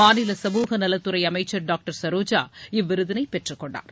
மாநில சமூக நலத்துறை அமைச்சர் டாக்டர் சரோஜா இவ்விருதினை பெற்றுக்கொண்டார்